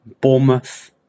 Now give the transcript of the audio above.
Bournemouth